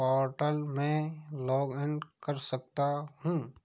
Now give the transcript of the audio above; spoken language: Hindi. पोर्टल में लॉगिन कर सकता हूँ